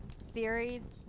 series